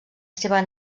seva